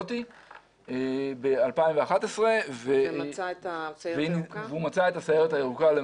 הזאת ב-2011 והוא מצא את הסיירת הירוקה.